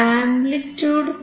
amplitude തുല്യമാണ്